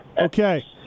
Okay